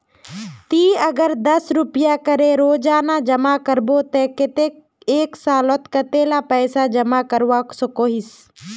ती अगर दस रुपया करे रोजाना जमा करबो ते कतेक एक सालोत कतेला पैसा जमा करवा सकोहिस?